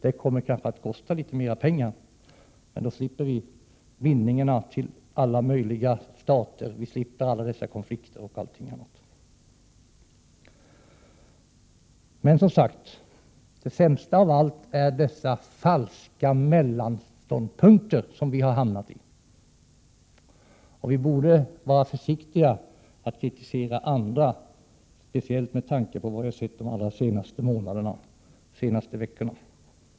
Den kommer kanske att kosta litet mera pengar, men då slipper vi bindningarna till alla möjliga stater, vi slipper alla dessa konflikter och allting annat. Som sagt: Det sämsta av allt är dessa falska mellanståndpunkter som vi har hamnat i. Vi borde vara försiktiga att kritisera andra, speciellt med tanke på med vad vi har sett de allra senaste veckorna.